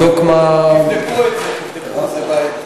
אני אבדוק מה, תבדקו את זה, תבדקו, זה בעייתי.